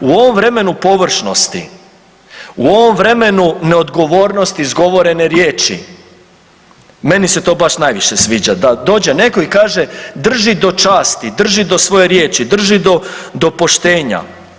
U ovom vremenu površnosti, u ovom vremenu neodgovornosti izgovorene riječi, meni se to baš najviše sviđa da dođe netko i kaže drži do časti, drži do svoje riječi, drži do poštenja.